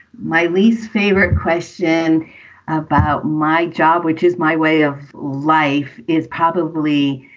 my least favorite question about my job, which is my way of life, is probably,